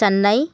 Chennai